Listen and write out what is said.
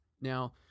Now